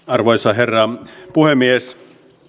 arvoisa herra puhemies